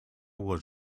were